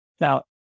Now